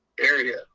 area